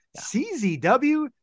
CZW